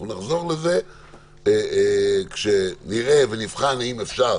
אנחנו נחזור לזה כשנראה ונבחן אם אפשר